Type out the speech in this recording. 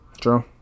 True